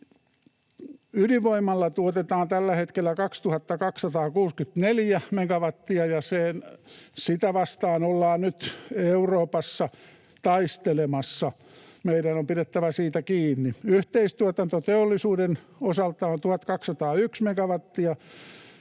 Ydinvoimalla tuotetaan tällä hetkellä 2 264 megawattia, ja sitä vastaan ollaan nyt Euroopassa taistelemassa. Meidän on pidettävä siitä kiinni. Yhteistuotanto teollisuuden osalta on 1 201 megawattia,